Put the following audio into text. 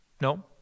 No